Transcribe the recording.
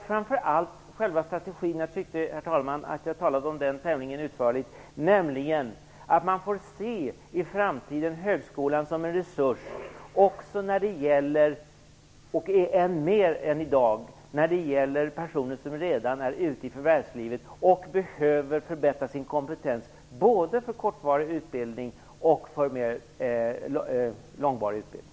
Framför allt är själva strategin viktig - jag tyckte, herr talman, att jag pratade tämligen utförligt om detta - nämligen att man i framtiden i större utsträckning än i dag kan se högskolan som en resurs också när det gäller personer som redan är ute i förvärvslivet och som behöver förbättra sin kompetens, både för kortvarig och för mer långvarig utbildning.